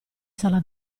sala